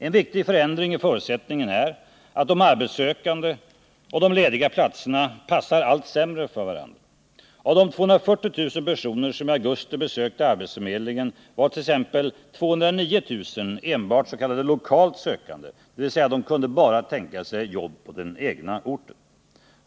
En viktig förändring i förutsättningarna är att de arbetssökande och de lediga platserna passar allt sämre för varandra. Av de 240 000 personer som i augusti besökte arbetsförmedlingen var t.ex. 209 000 enbart lokalt sökande, dvs. de kunde bara tänka sig jobb på den egna orten.